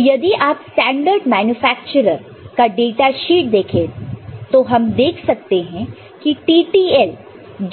तो यदि आप स्टैंडर्ड मैन्युफैक्चरर का डाटा शीट देखें तो तो हम देख सकते हैं कि TTL